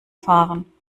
fahren